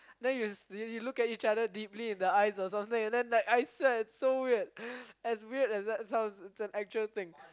then you you you look at each other deeply in the eyes or something and then like I swear it's so weird as weird as that sounds it's an actual thing